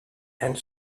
and